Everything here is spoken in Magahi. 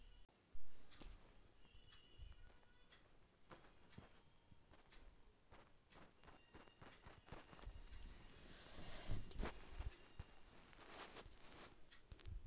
खाता से कैसे हम लोन के भुगतान कर सक हिय?